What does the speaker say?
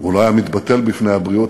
הוא לא היה מתבטל בפני הבריות,